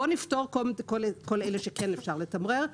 בואו נפתור קודם את כל אלה שכן אפשר לתמרר.